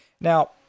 Now